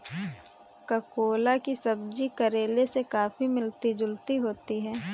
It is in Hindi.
ककोला की सब्जी करेले से काफी मिलती जुलती होती है